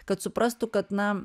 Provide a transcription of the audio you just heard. kad suprastų kad na